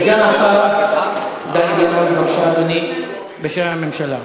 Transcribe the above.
סגן השר דני דנון, בבקשה, אדוני, בשם הממשלה.